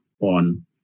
on